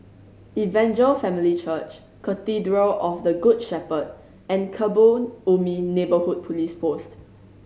Evangel Family Church Cathedral of the Good Shepherd and Kebun Ubi Neighbourhood Police Post